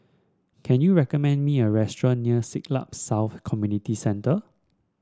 can you recommend me a restaurant near Siglap South Community Centre